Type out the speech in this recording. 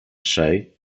trzej